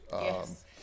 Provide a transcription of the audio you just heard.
Yes